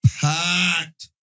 Packed